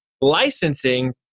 Licensing